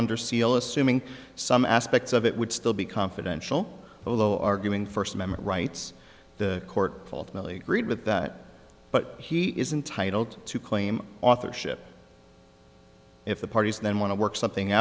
under seal assuming some aspects of it would still be confidential below arguing first amendment rights the court ultimately agreed with that but he is intitled to claim authorship if the parties then want to work something